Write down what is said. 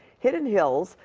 hidden hills,